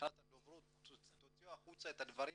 שמבחינת הדוברות תוציאו החוצה את הדברים